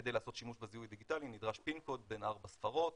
כדי לעשות שימוש בזיהוי הדיגיטלי נדרש pin code בן ארבע ספרות